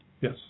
Yes